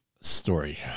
story